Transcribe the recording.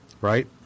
right